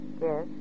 Yes